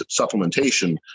supplementation